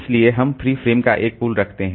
इसलिए हम free frame का एक पूल रखते हैं